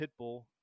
Pitbull